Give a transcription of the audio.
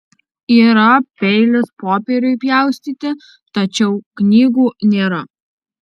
yra peilis popieriui pjaustyti tačiau knygų nėra